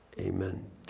Amen